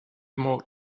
more